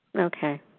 Okay